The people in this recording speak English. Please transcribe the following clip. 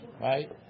Right